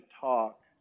talk